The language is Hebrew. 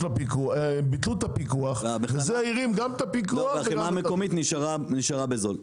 ביטלו את הפיקוח וזה הרים גם את --- החמאה המקומית נשארה בזול.